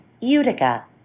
Utica